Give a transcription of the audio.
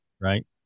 Right